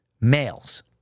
males